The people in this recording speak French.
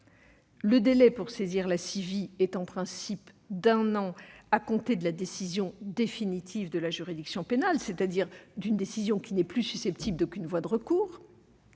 Le délai pour saisir la CIVI est en principe d'un an à compter de la décision définitive de la juridiction pénale, c'est-à-dire d'une décision qui n'est plus susceptible d'aucune voie de recours